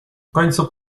końcu